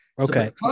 okay